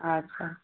अच्छा